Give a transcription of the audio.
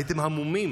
הייתם המומים